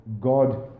God